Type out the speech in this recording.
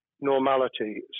normality